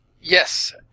Yes